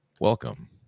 welcome